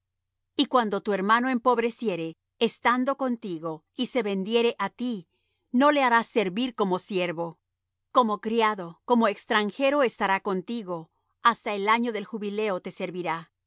y cuando tu hermano empobreciere estando contigo y se vendiere á ti no le harás servir como siervo como criado como extranjero estará contigo hasta el año del jubileo te servirá